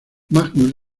magnus